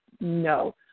No